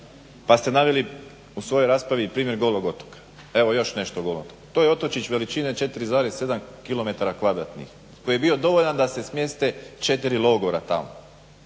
Pa ste naveli u svojoj raspravi i primjer Golog otoka. Evo još nešto o Golom otoku. To je otočić veličine 4,7 kilometara kvadratnih koji je bio dovoljan da se smjeste 4 logora tamo.